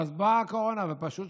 ואז באה הקורונה ופשוט